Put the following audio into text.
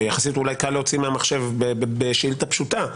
שיחסית אולי קל להוציא מהמחשב בשאילתה פשוטה,